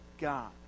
God